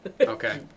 Okay